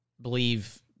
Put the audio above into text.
believe